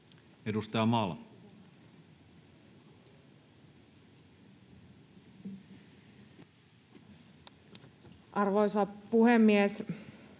Edustaja Malm. Arvoisa puhemies!